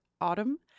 Autumn